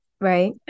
right